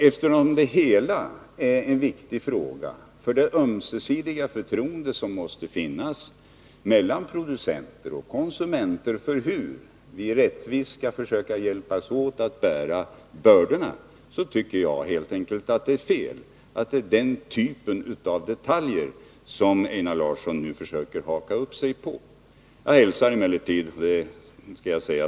Eftersom detta är en viktig fråga när det gäller det ömsesidiga förtroende som måste finnas mellan producenter och konsumenter beträffande hur vi rättvist skall hjälpas åt att bära bördorna, tycker jag helt enkelt att det är fel av Einar Larsson att nu försöka haka upp sig på den typen av detaljer.